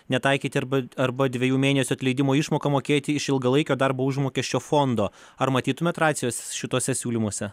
netaikyti arba arba dviejų mėnesių atleidimo išmoką mokėti iš ilgalaikio darbo užmokesčio fondo ar matytumėt racijos šituose siūlymuose